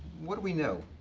what do we know?